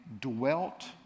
dwelt